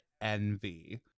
envy